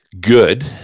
good